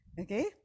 Okay